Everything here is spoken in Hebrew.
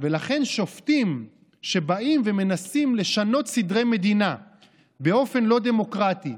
ולכן שופטים שבאים ומנסים לשנות סדרי מדינה באופן לא דמוקרטי,